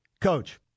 Coach